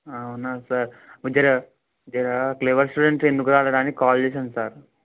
అవునా సార్ జర జరా క్లేవర్ స్టూడెంట్ ఎందుకు రాలేదని కాల్ చేస్తాను సార్